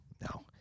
no